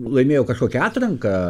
laimėjo kažkokią atranką